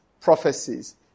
prophecies